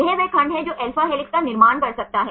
यह वह खंड है जो alpha हेलिक्स का निर्माण कर सकता है